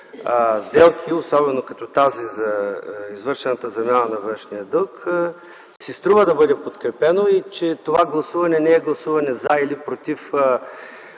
сделки, особено като тази за извършената замяна на външния дълг, си струва да бъде подкрепено и че това гласуване не е гласуване за или против